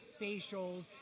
facials